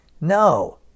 No